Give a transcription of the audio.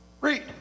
Read